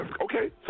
Okay